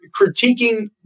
critiquing